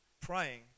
praying